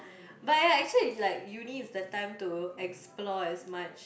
but ya actually like uni is the time to explore as much